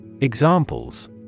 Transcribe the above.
Examples